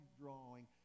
drawing